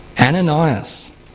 Ananias